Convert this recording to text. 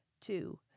two